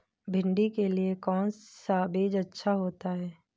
भिंडी के लिए कौन सा बीज अच्छा होता है?